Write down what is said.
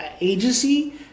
agency